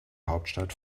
hauptstadt